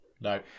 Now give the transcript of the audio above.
No